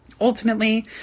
Ultimately